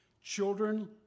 Children